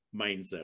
mindset